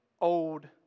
old